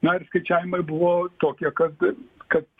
na ir skaičiavimai buvo tokie kad kad